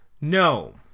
No